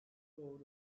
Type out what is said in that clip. doğru